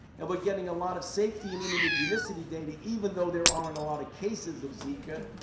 and we're getting a lot of safety and immunogenicity data, even though there aren't a lot of cases of zika,